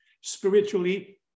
spiritually